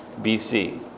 BC